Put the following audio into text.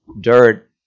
dirt